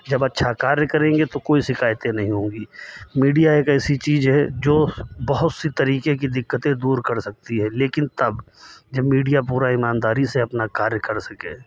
जब अच्छा कार्य करेंगे तो कोई शिकायतें नहीं होंगी मीडिया एक ऐसी चीज है जो बहुत सी तरीके की दिक्कतें दूर कर सकती हैं लेकिन तब जब मीडिया पूरी ईमानदारी से अपना कार्य कर सके